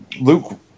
Luke